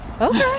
Okay